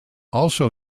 also